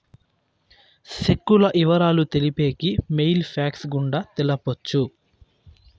సెక్కుల ఇవరాలు తెలిపేకి మెయిల్ ఫ్యాక్స్ గుండా తెలపొచ్చు